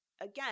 again